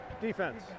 Defense